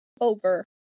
over